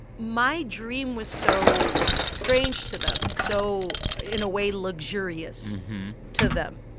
my dream was so strange to them, so, in a way, luxurious to them.